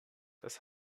das